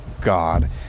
God